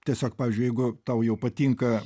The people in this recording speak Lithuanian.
tiesiog pavyzdžiui jeigu tau jau patinka